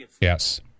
Yes